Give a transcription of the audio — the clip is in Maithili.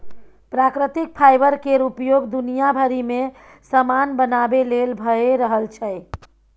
प्राकृतिक फाईबर केर उपयोग दुनिया भरि मे समान बनाबे लेल भए रहल छै